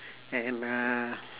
and uh